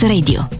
Radio